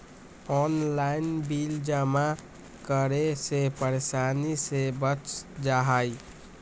Online bill जमा करे से परेशानी से बच जाहई?